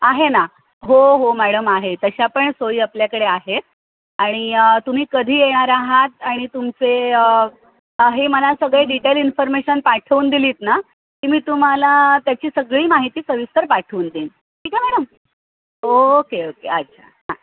आहे ना हो हो मॅडम आहे तशा पण सोय आपल्याकडे आहेत आणि तुम्ही कधी येणार आहात आणि तुमचे हे मला सगळे डिटेल इन्फॉर्मेशन पाठवून दिलीत ना ती मी तुम्हाला त्याची सगळी माहिती सविस्तर पाठवून देईन ठीक आहे मॅडम ओके ओके अच्छा हां